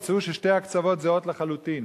תמצאו ששני הקצוות זהים לחלוטין.